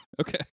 okay